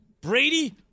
Brady